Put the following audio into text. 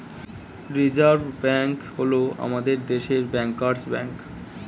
reserve bank হল আমাদের দেশের ব্যাঙ্কার্স ব্যাঙ্ক